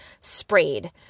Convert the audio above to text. sprayed